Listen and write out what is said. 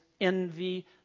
envy